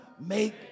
Make